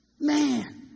Man